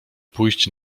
pójść